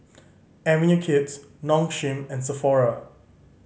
Avenue Kids Nong Shim and Sephora